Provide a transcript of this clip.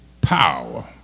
Power